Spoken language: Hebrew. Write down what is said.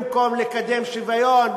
במקום לקדם שוויון,